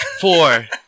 four